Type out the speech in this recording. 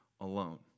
alone